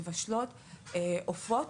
מבשלות ואופות.